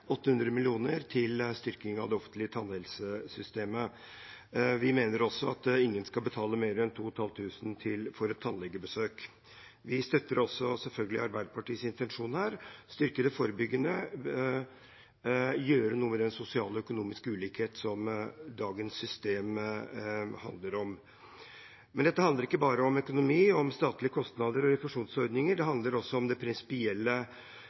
offentlige tannhelsesystemet. Vi mener også at ingen skal betale mer enn 2 500 kr for et tannlegebesøk. Vi støtter også selvfølgelig Arbeiderpartiets intensjon her – å styrke det forebyggende og gjøre noe med den sosiale og økonomiske ulikheten som dagens system handler om. Men dette handler ikke bare om økonomi, om statlige kostnader og om refusjonsordninger; det handler også om det prinsipielle